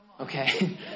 okay